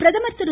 பிரதமர் திரு